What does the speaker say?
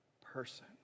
person